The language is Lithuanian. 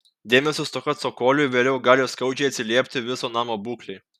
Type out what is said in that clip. dėmesio stoka cokoliui vėliau gali skaudžiai atsiliepti viso namo būklei